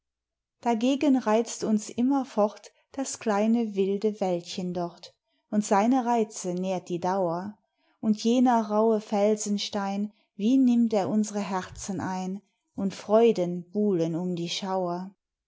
dagegen reizt uns immerfort das kleine wilde wäldchen dort und seine reize nährt die dauer und jener raue felsenstein wie nimmt er unsre herzen ein und freuden buhlen um die schauer